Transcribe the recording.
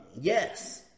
Yes